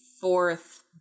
fourth